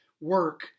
work